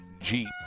Jeep